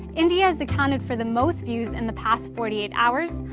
india has accounted for the most views in the past forty eight hours,